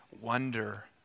wonder